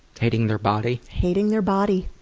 hating their body hating their body.